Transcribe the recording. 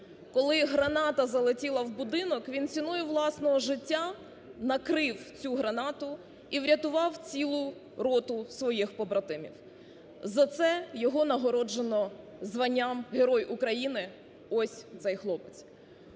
коли граната залетіла у будинок, він ціною власного життя накрив цю гранату і врятував цілу роту своїх побратимів. За це його нагороджено званням "Герой України". Ось цей хлопець.